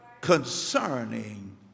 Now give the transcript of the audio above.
concerning